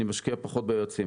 אני משקיע פחות ביועצים,